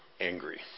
angry